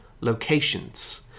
locations